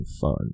fun